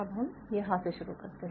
अब हम यहाँ से शुरू करते हैं